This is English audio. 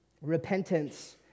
repentance